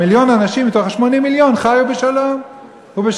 מיליון האנשים מתוך 80 המיליון חיו בשלום ובשפע.